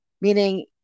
Meaning